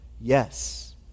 Yes